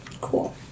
Cool